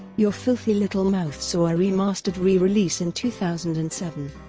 your filthy little mouth saw a remastered re-release in two thousand and seven.